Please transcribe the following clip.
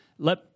Let